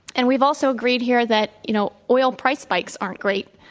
and we've also agreed here that, you know, oil price spikes aren't great.